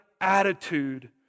attitude